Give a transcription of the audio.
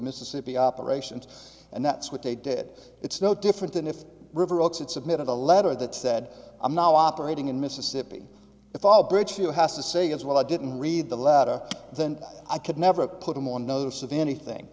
mississippi operations and that's what they did it's no different than if river oaks it submitted a letter that said i'm now operating in mississippi the fall bridge here has to say as well i didn't read the letter then i could never put them on notice of anything